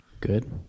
good